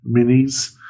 minis